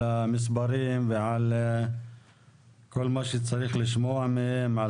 על המספרים ועל כל מה שצריך לשמוע מהם על